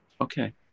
Okay